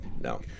No